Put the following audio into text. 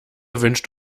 wünscht